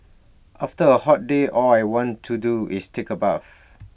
after A hot day all I want to do is take A bath